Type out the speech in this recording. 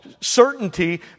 certainty